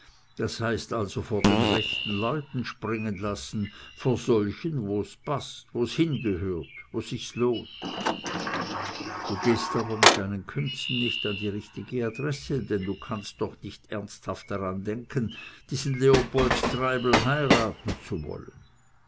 das heißt also vor den rechten leuten springen lassen vor solchen wo's paßt wo's hingehört wo sich's lohnt du gehst aber mit deinen künsten nicht an die richtige adresse denn du kannst doch nicht ernsthaft daran denken diesen leopold treibel heiraten zu wollen